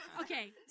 Okay